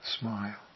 smile